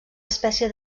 espècie